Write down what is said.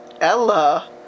Ella